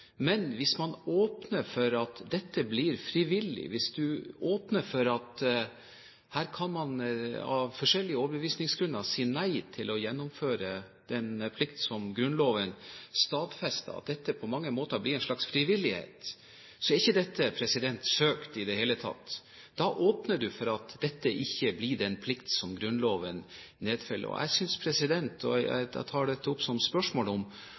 Men hvis man åpner for at den blir frivillig, åpner for at man av forskjellige overbevisningsgrunner kan si nei til å gjennomføre den plikt som Grunnloven stadfester, at dette på mange måter blir en slags frivillighet, er ikke dette søkt i det hele tatt. Da åpner en for at dette ikke blir den plikt som Grunnloven nedfeller. Jeg tar dette opp som et spørsmål, om